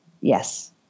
yes